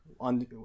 on